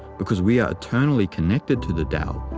because we are eternally connected to the tao,